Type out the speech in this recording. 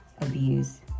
abuse